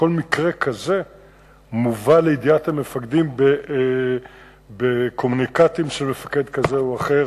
וכל מקרה כזה מובא לידיעת המפקדים בקומוניקטים של מפקד כזה או אחר,